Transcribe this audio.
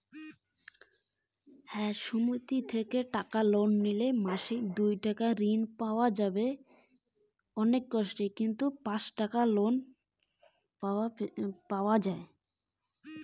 আমি কি মাসিক দুই হাজার টাকার ঋণ পাব?